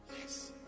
Yes